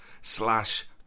slash